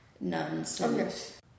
nuns